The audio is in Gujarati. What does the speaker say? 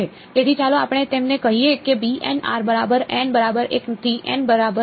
તેથી ચાલો આપણે તેમને કહીએ કે બરાબર n બરાબર 1 થી N બરાબર